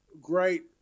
Great